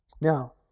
Now